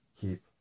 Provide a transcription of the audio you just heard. keep